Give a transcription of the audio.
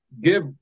give